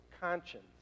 conscience